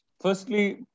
Firstly